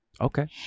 Okay